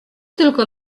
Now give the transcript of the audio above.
tylko